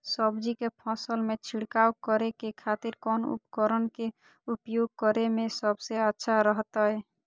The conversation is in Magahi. सब्जी के फसल में छिड़काव करे के खातिर कौन उपकरण के उपयोग करें में सबसे अच्छा रहतय?